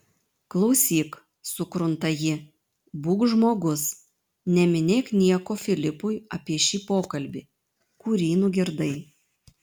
klausyk sukrunta ji būk žmogus neminėk nieko filipui apie šį pokalbį kurį nugirdai